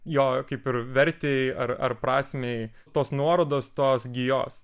jo kaip ir vertei ar prasmei tos nuorodos tos gijos